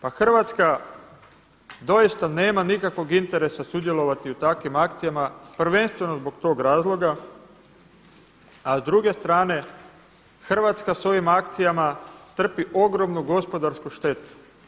Pa Hrvatska doista nema nikakvog interesa sudjelovati u takvim akcijama prvenstveno zbog tog razloga a s druge strane Hrvatska sa ovim akcijama trpi ogromnu gospodarsku štetu.